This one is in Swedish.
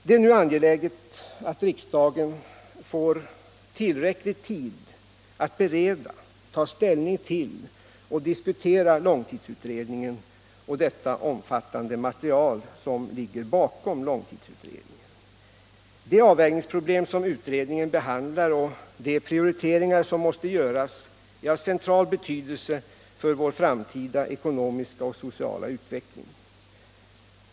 Det är nu angeläget att riksdagen får tillräcklig tid att bereda, ta ställning till och diskutera långtidsutredningen och det omfattande material som ligger bakom den. De avvägningsproblem som utredningen behandlar och de prioriteringar som måste göras är av central betydelse för vår framtida ekonomiska och sociala utveckling.